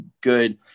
good